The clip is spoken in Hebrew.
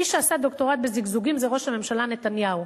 מי שעשה דוקטורט בזיגזוגים זה ראש הממשלה נתניהו.